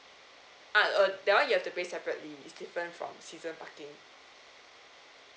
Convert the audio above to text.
ah uh that one you have to pay separately is different from season parking